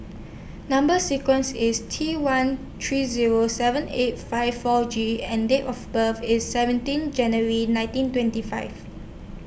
Number sequence IS T one three Zero seven eight five four G and Date of birth IS seventeen January nineteen twenty five